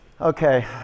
Okay